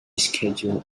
schedule